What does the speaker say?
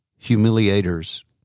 humiliators